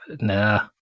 Nah